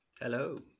Hello